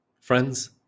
Friends